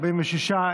46,